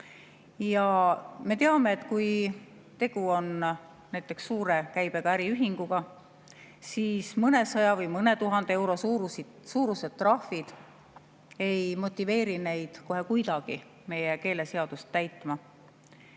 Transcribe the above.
Ja me teame, et kui tegu on näiteks suure käibega äriühinguga, siis mõnesaja või mõne tuhande euro suurused trahvid ei motiveeri neid kohe kuidagi meie keeleseadust täitma.